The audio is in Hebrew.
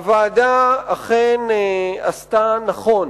הוועדה אכן עשתה נכון